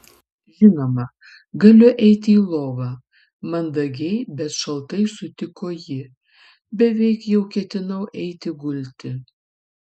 žinoma galiu eiti į lovą mandagiai bet šaltai sutiko ji beveik jau ketinau eiti gulti